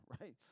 right